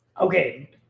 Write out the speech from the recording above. Okay